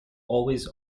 always